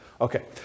Okay